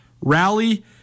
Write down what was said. rally